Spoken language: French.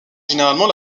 généralement